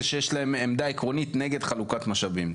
שיש להם עמדה עקרונית נגד חלוקת משאבים,